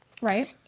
Right